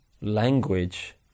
language